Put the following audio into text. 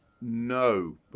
No